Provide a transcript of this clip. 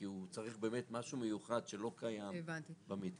כי הוא צריך משהו מיוחד שלא קיים במתקן.